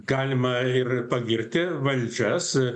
galima ir pagirti valdžias